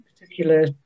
particular